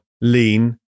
lean